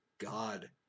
God